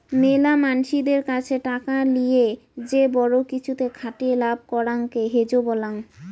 মেলা মানসিদের কাছে টাকা লিয়ে যে বড়ো কিছুতে খাটিয়ে লাভ করাঙকে হেজ বলাং